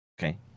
Okay